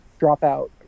Dropout